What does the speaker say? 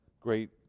great